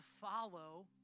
follow